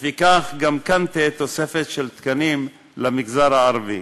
לפיכך, גם כאן תהיה תוספת של תקנים למגזר הערבי.